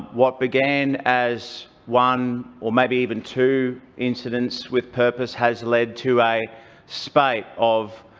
what began as one or maybe even two incidents with purpose, has led to a spate of,